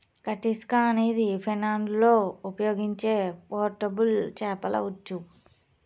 కటిస్కా అనేది ఫిన్లాండ్లో ఉపయోగించే పోర్టబుల్ చేపల ఉచ్చు